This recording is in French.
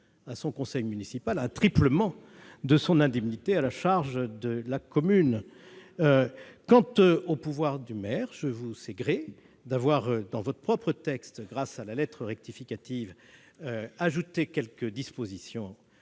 à son conseil municipal un triplement de son indemnité à la charge de la commune. Très bien ! Quant aux pouvoirs du maire, je vous sais gré d'avoir ajouté dans votre propre texte, une lettre rectificative, quelques dispositions